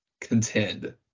contend